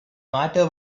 matter